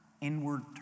inward